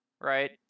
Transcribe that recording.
right